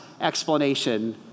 explanation